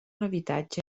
habitatge